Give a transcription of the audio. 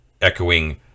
echoing